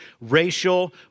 racial